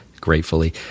gratefully